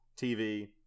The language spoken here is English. TV